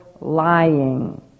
lying